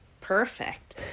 Perfect